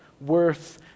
worth